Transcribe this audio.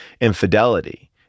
infidelity